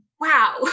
wow